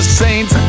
saints